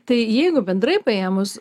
tai jeigu bendrai paėmus